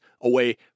away